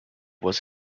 was